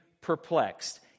perplexed